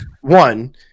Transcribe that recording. one